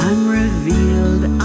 Unrevealed